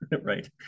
right